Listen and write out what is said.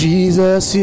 Jesus